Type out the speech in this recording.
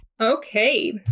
Okay